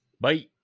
Bye